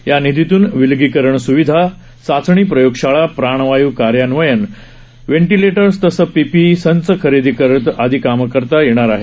या निधीतून विलगीकरण स्विधा चाचणी प्रयोगशाळा प्राणवायू कार्यान्वयन प्रकल्प व्हेंटिलेटर्स तसंच पीपीई संच खरेदी आदी कामं करता येणार आहेत